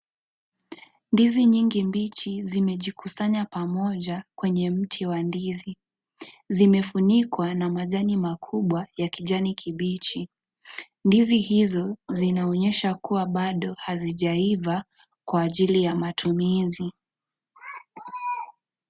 Ndizi nyingi mbichi zimejikusanya pamoja kwenye mti wa ndizi. Zimefunikwa na majani makubwa ya kijani kibichi. Ndizi hizo zinaonyesha kuwa bado hazijaiva kwa ajili ya matumizi.